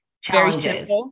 challenges